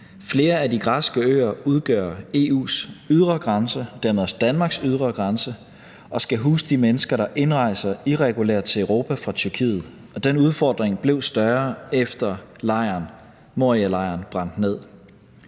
Flere af de græske øer udgør EU's ydre grænse og dermed også Danmarks ydre grænse og skal huse de mennesker, der indrejser irregulært til Europa fra Tyrkiet, og den udfordring blev større, efter at Morialejren brændte ned.